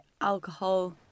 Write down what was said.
alcohol